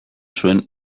zuen